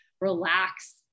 relax